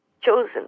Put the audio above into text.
chosen